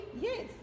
Yes